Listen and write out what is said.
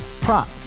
prop